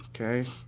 Okay